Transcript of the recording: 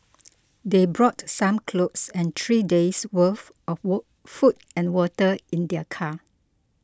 they brought some clothes and three days' worth of were food and water in their car